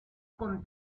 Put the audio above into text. con